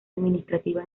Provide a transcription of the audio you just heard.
administrativa